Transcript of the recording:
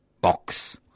box